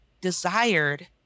desired